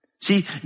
See